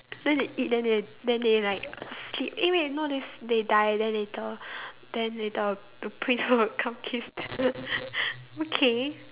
then they eat then they then they like sleep eh no they they die then later then later the prince will come kiss okay